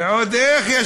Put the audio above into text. ועוד איך.